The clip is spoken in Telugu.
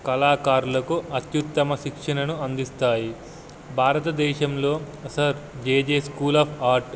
కళాకారులకు అత్యుత్తమ శిక్షణను అందిస్తాయి భారతదేశంలో sir J J school of art